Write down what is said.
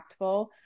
impactful